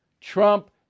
Trump